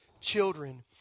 children